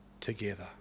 together